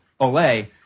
Olay